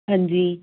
ਹਾਂਜੀ